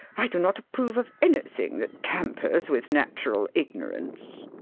i do not approve of anything that tampers with natural ignorance.